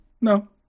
No